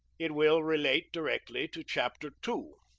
it will relate directly to chapter two.